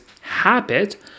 habit